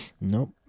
Nope